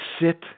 sit